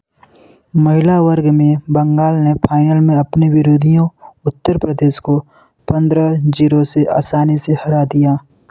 महिला वर्ग में बंगाल ने फाइनल में अपने विरोधियों उत्तरप्रदेश को पन्द्रह जीरो से असानी से हरा दिया